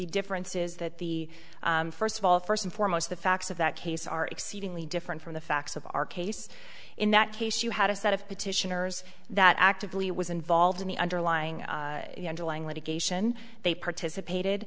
difference is that the first of all first and foremost the facts of that case are exceedingly different from the facts of our case in that case you had a set of petitioners that actively was involved in the underlying underlying litigation they participated